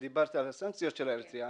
דיברה על הסנקציות על אריתריאה.